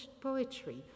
poetry